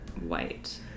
white